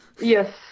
yes